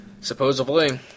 Supposedly